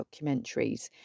documentaries